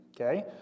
okay